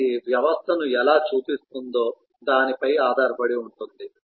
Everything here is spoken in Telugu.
ఇది వ్యవస్థను ఎలా చూస్తుందో దానిపై ఆధారపడి ఉంటుంది